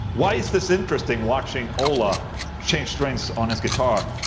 why is this interesting, watching ola change strings on his guitar?